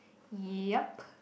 yep